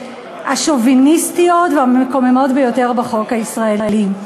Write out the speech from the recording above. השוביניסטיות והמקוממות ביותר בחוק הישראלי.